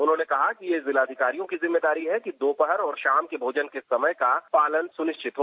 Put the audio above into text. उन्होंने कहा कि ये जिलाधिकारियों की जिम्मेदारी है कि दोपहर और शाम के भोजन के समय का पालन सुनिश्चित हो